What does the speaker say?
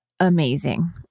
amazing